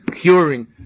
curing